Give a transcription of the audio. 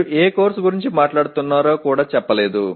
మీరు ఏ కోర్సు గురించి మాట్లాడుతున్నారో కూడా చెప్పలేదు